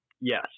yes